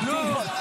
שבוע הבא הצבעה.